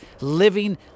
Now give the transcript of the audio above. living